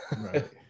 Right